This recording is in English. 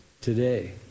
today